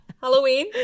Halloween